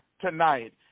tonight